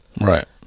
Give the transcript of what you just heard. Right